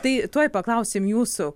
tai tuoj paklausim jūsų